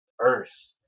Earth